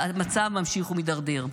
והמצב ממשיך ומידרדר.